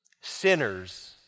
sinners